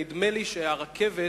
נבלמה,